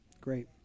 Great